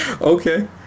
okay